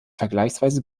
vergleichsweise